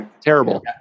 terrible